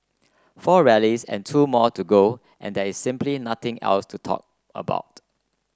four rallies and two more to go and there is simply nothing else to talk about